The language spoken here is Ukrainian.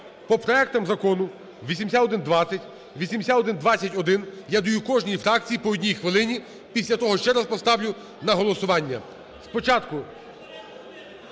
про проектах закону 8120, 8120-1 я даю кожній фракції по одній хвилині, після того ще раз поставлю на голосування.